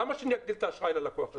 למה שאני אגדיל את האשראי ללקוח הזה?